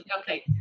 Okay